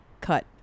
cut